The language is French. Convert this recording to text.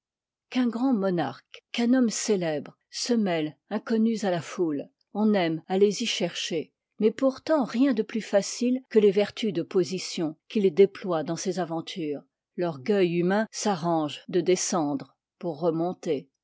u'un grand monarque qu'un homme célèbre se mêlent inconnus à la foule on aime à les y chercher mais pourtant rien de plus facile que les vertus de position qu'ils déploient dans cs aventuras l'orgueil humain sarrange de descendre pour remontèil